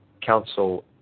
council